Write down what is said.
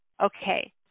okay